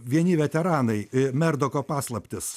vieni veteranai merdoko paslaptis